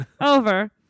over